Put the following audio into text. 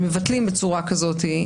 שמבטלים בצורה כזאת,